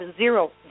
zero